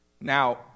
Now